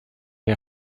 les